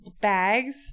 bags